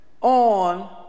on